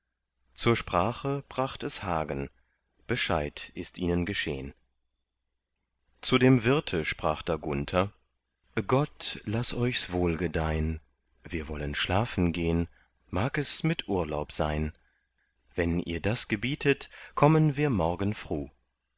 zur sprache bracht es hagen bescheid ist ihnen geschehn zu dem wirte sprach da gunther gott lass euchs wohlgedeihn wir wollen schlafen gehn mag es mit urlaub sein wenn ihr das gebietet kommen wir morgen fruh